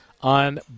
on